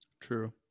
True